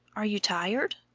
are you tired?